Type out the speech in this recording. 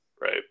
right